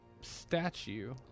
statue